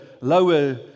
lower